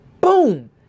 Boom